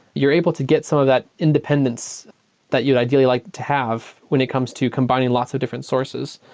you're able to get some of that independence that you'd ideally like to have when it comes to combining lots of different sources.